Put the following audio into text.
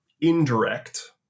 indirect